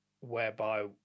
whereby